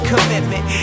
Commitment